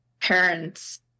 parents